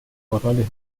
corrales